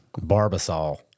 Barbasol